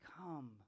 come